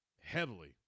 heavily